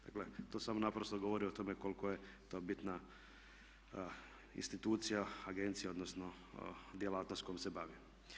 Dakle, to samo naprosto govori o tome koliko je to bitna institucija, agencija, odnosno djelatnost kojom se bavi.